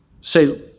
Say